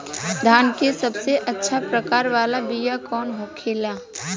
धान के सबसे अच्छा प्रकार वाला बीया कौन होखेला?